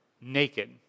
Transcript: naked